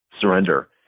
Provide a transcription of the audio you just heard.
surrender